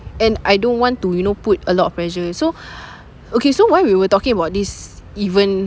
and I don't want to you know put a lot of pressure so okay so why we were talking about this even